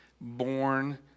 born